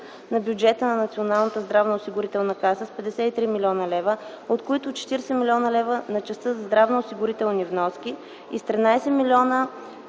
на бюджета на Националната здравноосигурителна каса с 53 млн. лв., от които с 40 млн. лв. на частта за здравноосигурителни вноски и с 13 млн.